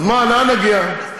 אז לאן נגיע?